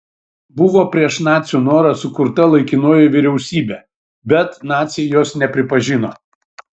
buvo prieš nacių norą sukurta laikinoji vyriausybė bet naciai jos nepripažino